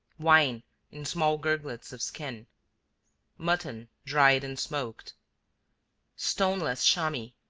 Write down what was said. wine in small gurglets of skin mutton dried and smoked stoneless shami,